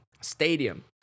stadium